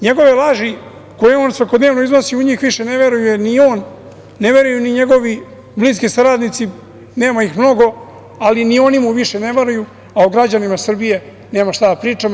Njegove laži koje on svakodnevno iznosi, u njih više ne veruje ni on, ne veruju ni njegovi bliski saradnici, nema ih mnogo, ali ni oni mu više ne veruju, a o građanima Srbije nemamo šta da pričamo.